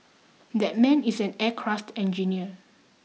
that man is an aircraft engineer